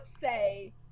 say